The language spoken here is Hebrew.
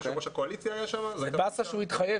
גם יו"ר הקואליציה היה שם --- זה באסה שהוא התחייב